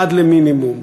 עד למינימום.